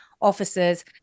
officers